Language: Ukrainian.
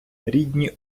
рідні